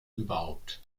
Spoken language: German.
überhaupt